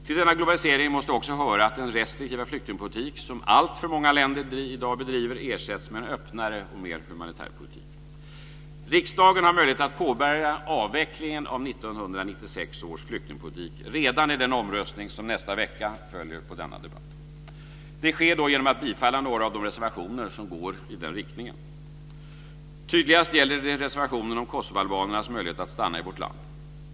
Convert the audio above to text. Till denna globalisering måste också höra att den restriktiva flyktingpolitik som alltför många länder i dag bedriver ersätts med en öppnare och mer humanitär politik. Riksdagen har möjlighet att påbörja avvecklingen av 1996 års flyktingpolitik redan i den omröstning som nästa vecka följer på denna debatt. Det sker då genom att bifalla några av de reservationer som går i den riktningen. Tydligast gäller det reservationen om kosovoalbanernas möjlighet att stanna i vårt land.